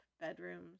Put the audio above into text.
bedrooms